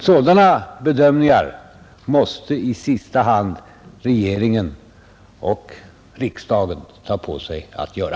Sådana bedömningar måste i sista hand regeringen och riksdagen göra.